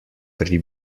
pri